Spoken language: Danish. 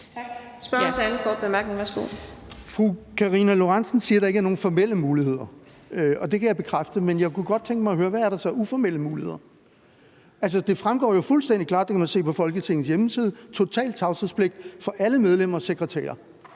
Spørgeren for den anden korte bemærkning. Værsgo.